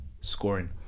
Scoring